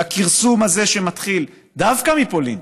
והכרסום הזה, שמתחיל דווקא מפולין,